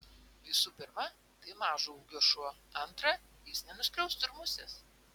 visų pirma tai mažo ūgio šuo antra jis nenuskriaustų ir musės